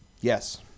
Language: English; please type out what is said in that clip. Yes